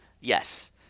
Yes